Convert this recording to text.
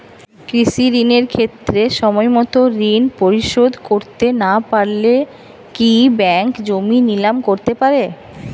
কৃষিঋণের ক্ষেত্রে সময়মত ঋণ পরিশোধ করতে না পারলে কি ব্যাঙ্ক জমি নিলাম করতে পারে?